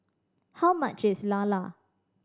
how much is lala